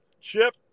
Chip